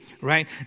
right